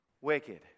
wicked